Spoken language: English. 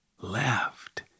left